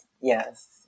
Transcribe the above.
Yes